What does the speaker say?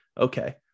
Okay